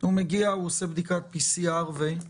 הוא מגיע, הוא עושה בדיקת PCR ו-?